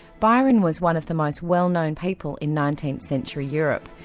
byron was one of the most well-known people in nineteenth century europe,